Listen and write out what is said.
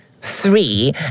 three